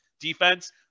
defense